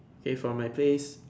okay from my place